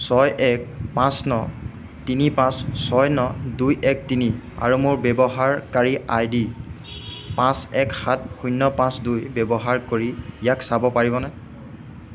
ছয় এক পাঁচ ন তিনি পাঁচ ছয় ন দুই এক তিনি আৰু মোৰ ব্যৱহাৰকাৰী আই ডি পাঁচ এক সাত শূন্য পাঁচ দুই ব্যৱহাৰ কৰি ইয়াক চাব পাৰিবনে